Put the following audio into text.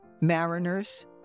mariners